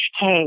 hey